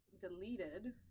deleted